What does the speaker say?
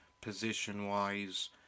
position-wise